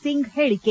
ಸಿಂಗ್ ಹೇಳಿಕೆ